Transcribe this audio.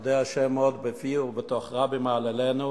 "אודה ה' מאוד בפי ובתוך רבים אהללנו",